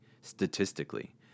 statistically